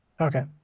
Okay